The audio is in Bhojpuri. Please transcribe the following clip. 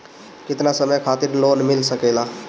केतना समय खातिर लोन मिल सकेला?